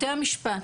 בתי המשפט,